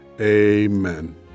Amen